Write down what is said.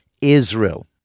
Israel